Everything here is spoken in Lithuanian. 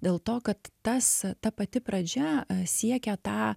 dėl to kad tas ta pati pradžia siekia tą